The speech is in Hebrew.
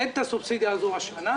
אין את הסובסידיה הזו השנה.